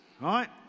Right